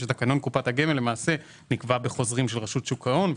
שהוא נקבע בחוזרים של רשות שוק ההון.